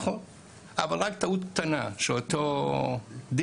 אבל מספיקה טעות קטנה ואם בטעות לא שמים